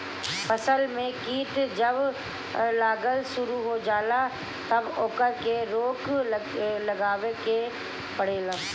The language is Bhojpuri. फसल में कीट जब लागल शुरू हो जाला तब ओकरा के रोक लगावे के पड़ेला